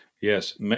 Yes